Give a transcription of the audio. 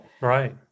right